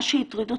מה שהטריד אותי,